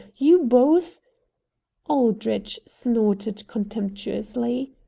you both aldrich snorted contemptuously.